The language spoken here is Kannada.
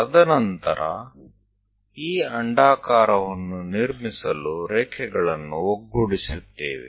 ತದನಂತರ ಈ ಅಂಡಾಕಾರವನ್ನು ನಿರ್ಮಿಸಲು ರೇಖೆಗಳನ್ನು ಒಗ್ಗೂಡಿಸುತ್ತೇವೆ